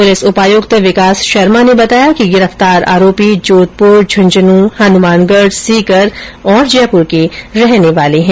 police उपायुक्त विकास शर्मा ने बताया कि गिरफ्तार आरोपी जोधपुर झुंझुन् हनुमानगढ सीकर और जयपुर के रहने वाले है